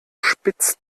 spitz